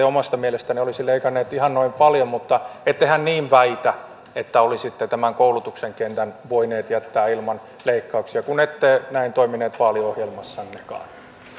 omasta mielestänne olisi leikanneet ihan noin paljon mutta ettehän niin väitä että olisitte tämän koulutuksen kentän voineet jättää ilman leikkauksia kun ette näin toimineet vaaliohjelmassannekaan